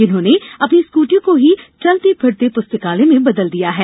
जिन्होंने अपनी स्कूटी को ही चलते फिरते पुस्तकालय में बदल दिया है